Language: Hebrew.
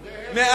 להיפך.